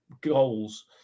goals